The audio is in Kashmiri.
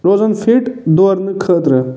روزان فِٹ دورنہٕ خٲطرٕ